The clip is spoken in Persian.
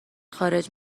خارج